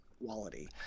quality